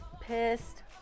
pissed